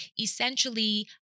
Essentially